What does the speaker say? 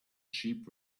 sheep